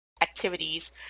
activities